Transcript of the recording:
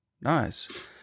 Nice